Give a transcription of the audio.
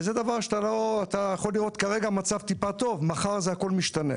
אתה יכול לראות כרגע מצב טיפה טוב ומחר הכול משתנה.